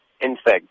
insects